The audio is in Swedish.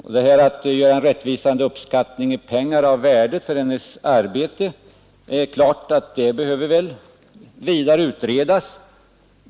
Frågan om att göra en rättvis uppskattning i pengar räknat av kvinnans arbete i hemmet behöver vidare utredas.